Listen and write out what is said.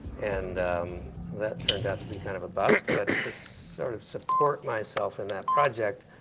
and that turned out to be kind of a bust. but to sort of support myself in that project,